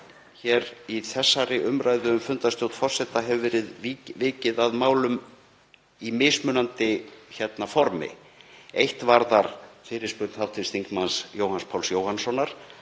hér í þessari umræðu um fundarstjórn forseta hefur verið vikið að málum í mismunandi formi. Eitt varðar fyrirspurn hv. þm. Jóhanns Páls Jóhannssonar,